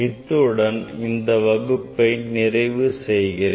இத்துடன் இன்றைய வகுப்பை நிறைவு செய்யலாம்